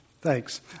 Thanks